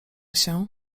się